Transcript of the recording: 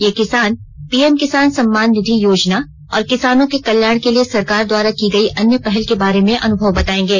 ये किसान पीएम किसान सम्मान निधि और किसानों के कल्याण के लिए सरकार द्वारा की गई अन्य पहल के बारे में अनुभव बताएंगे